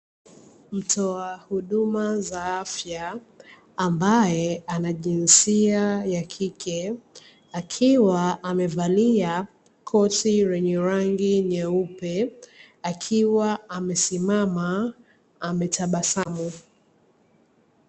Mtoa huduma za afya ambaye ana jinsia ya kike, akiwa amevalia koti lenye rangi nyeupe akiwa amesimama ametabasamu.